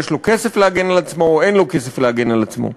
יש לו כסף להגן על עצמו או אין לו כסף להגן על עצמו.